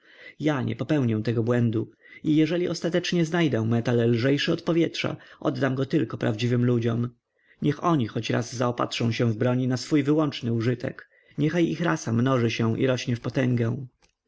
ja nie popełnię tego błędu i jeżeli ostatecznie znajdę metal lżejszy od powietrza oddam go tylko prawdziwym ludziom niech oni choć raz zaopatrzą się w broń na swój wyłączny użytek niechaj ich rasa mnoży się